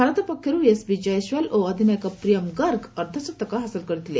ଭାରତ ପକ୍ଷରୁ ୟଶବୀ ଜୟସ୍ୱାଲ ଏବଂ ଅଧିନାୟକ ପ୍ରିୟମ୍ ଗର୍ଗ ଅର୍ଦ୍ଧଶତକ ହାସଲ କରିଥିଲେ